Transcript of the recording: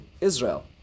Israel